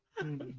and